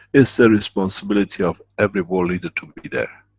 is that a responsibility of every world leader to be there,